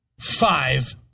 five